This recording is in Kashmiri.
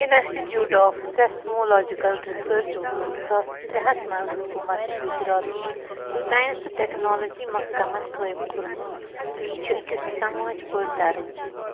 اِنسٹِی ٹیٛوٗٹ آف سیسمولوجِکل ریسرٕچ اوسُکھ زٕ ساس ترٕٛہَس منٛز حکوٗمتہِ گُجراتٕکۍ سائنس تہٕ ٹٮ۪کنالوجی محکَمَن قٲیِم کوٚرمُت تہٕ یہِ چھُ أکِس سماج پٲٹھۍ دَرٕج